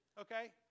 Okay